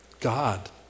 God